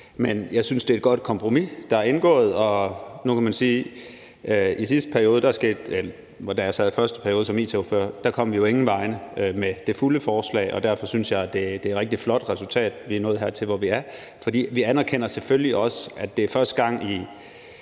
Men jeg synes, det er et godt kompromis, der er indgået. Nu kan man sige, at i min første periode som it-ordfører kom vi jo ingen vegne med det fulde forslag, og derfor synes jeg, at det er et rigtig flot resultat, at vi er nået hertil, hvor vi er. For vi anerkender selvfølgelig også, at det er første gang i,